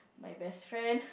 my best friend